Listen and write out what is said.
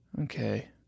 Okay